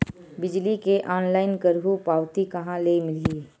बिजली के ऑनलाइन करहु पावती कहां ले मिलही?